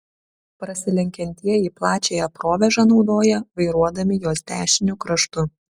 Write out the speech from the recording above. prasilenkiantieji plačiąją provėžą naudoja vairuodami jos dešiniu kraštu